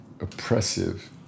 oppressive